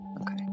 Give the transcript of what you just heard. Okay